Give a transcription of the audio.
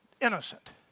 Innocent